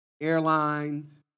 airlines